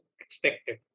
expected